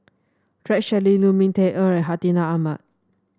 Rex Shelley Lu Ming Teh Earl Hartinah Ahmad